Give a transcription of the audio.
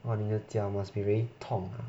!wah! 你的脚 must be very 痛